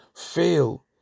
fail